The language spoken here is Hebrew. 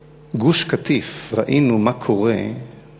בגוש-קטיף ראינו מה קורה כשהחוק